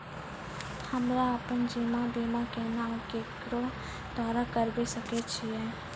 हमरा आपन जीवन बीमा केना और केकरो द्वारा करबै सकै छिये?